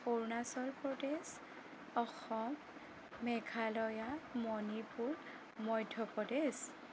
Arunachal Pradesh Assam Meghalaya Manipur Madhya Pradesh